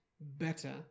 better